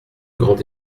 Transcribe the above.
grand